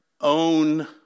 own